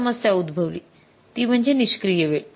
येथे एक समस्या उद्भवली ती म्हणजे निष्क्रिय वेळ